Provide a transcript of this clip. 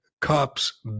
cops